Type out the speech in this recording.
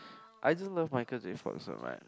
I just Michael-J-Fox so much